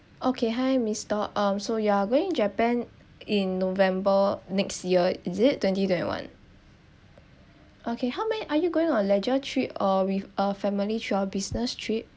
okay hi mister um so you're going japan in november next year is it twenty twenty one okay how many are you going on leisure trip or with a family throughout business trip